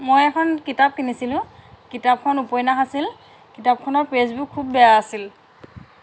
মই এখন কিতাপ কিনিছিলোঁ কিতাপখন উপন্যাস আছিল কিতাপখনৰ পে'জবোৰ খুব বেয়া আছিল